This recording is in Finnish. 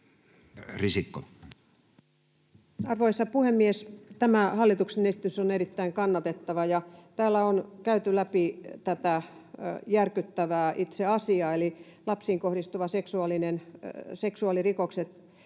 Arvoisa puhemies! Tämä hallituksen esitys on erittäin kannatettava. Täällä on käyty läpi tätä järkyttävää itse asiaa, eli lapsiin kohdistuvat seksuaalirikokset